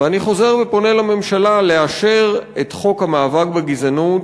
ואני חוזר ופונה לממשלה לאשר את חוק המאבק בגזענות,